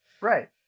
Right